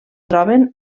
troben